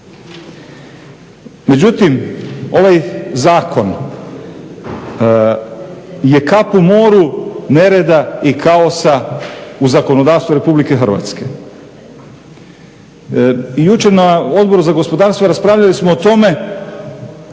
Međutim, ovaj zakon je kap u moru nereda i kaosa u zakonodavstvu Republike Hrvatske. I jučer na Odbor za gospodarstvo raspravljali smo o tome